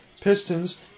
Pistons